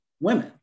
women